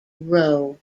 row